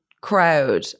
crowd